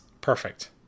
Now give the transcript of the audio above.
Perfect